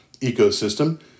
ecosystem